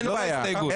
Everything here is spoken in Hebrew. לא ההסתייגות.